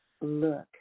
look